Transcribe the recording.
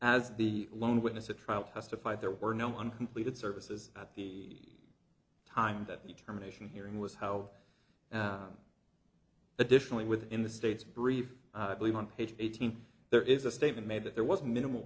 as the lone witness at trial testified there were no one completed services at the time that we terminations hearing was held additionally with in the state's brief i believe on page eighteen there is a statement made that there was minimal